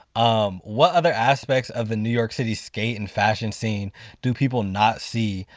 um what other aspects of the new york city skate and fashion scene do people not see,